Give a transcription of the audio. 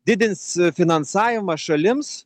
didins finansavimą šalims